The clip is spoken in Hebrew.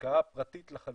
השקעה פרטית לחלוטין,